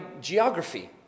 geography